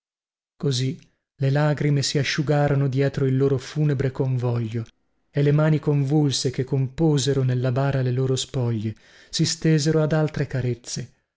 così le lagrime si asciugarono dietro il loro funebre convoglio e le mani convulse che composero nella bara le loro spoglie si stesero ad altre carezze